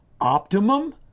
Optimum